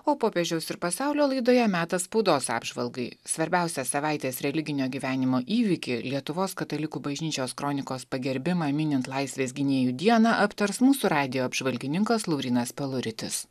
o popiežiaus ir pasaulio laidoje metas spaudos apžvalgai svarbiausią savaitės religinio gyvenimo įvykį lietuvos katalikų bažnyčios kronikos pagerbimą minint laisvės gynėjų dieną aptars mūsų radijo apžvalgininkas laurynas peluritis